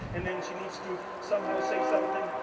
and then she needs to, somehow, say something.